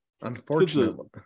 Unfortunately